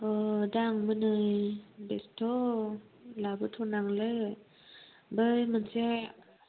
अ दा आंबो नै बेस्थ' लाबोथ'नांले बै मोनसे